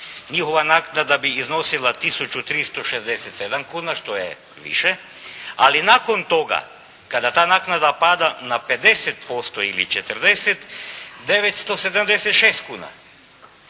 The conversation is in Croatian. njihova naknada bi iznosila tisuću 367 kuna što je više, ali nakon toga kada ta naknada pada na 50% ili 40, 976 kuna.